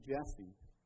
Jesse